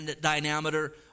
diameter